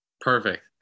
Perfect